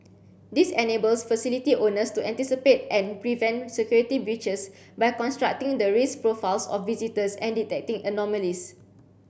this enables facility owners to anticipate and prevent security breaches by constructing the risk profiles of visitors and detecting anomalies